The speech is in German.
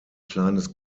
kleines